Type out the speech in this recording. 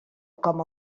com